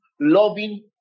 loving